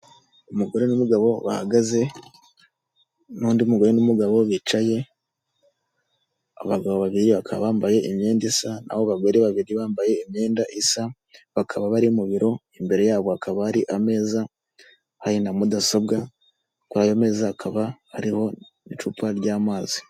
Umugore n'umugabo bahagaze n'undi mugore n'umugabo bicaye, abagabo babiri bakaba bambaye imyenda isa n'abo bagore babiri bambaye imyenda isa, bakaba bari mu biro, imbere yabo hakaba hari ameza, hari na mudasobwa ku ayo meza hakaba hariho icupa ry'amazi.